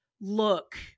look